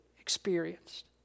experienced